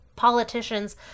politicians